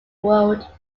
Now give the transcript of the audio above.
world